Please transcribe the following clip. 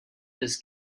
this